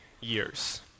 years